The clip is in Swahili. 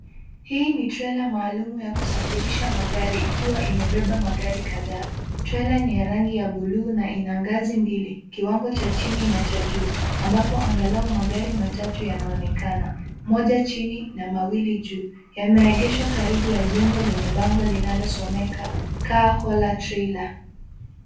Hii ni trela maalum ya kusafirisha magari ikiwa imebeba magari kadhaa. Trela ni ya rangi ya buluu na ina ngazi mbili kiwango cha chini na cha juu ambapo angalau magari matatu yanaonekana, moja chini na mawili juu. Yameegesha karibu na jengo lenye bango linalosomeka car hauler trailer .